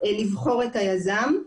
לבחור את היזם.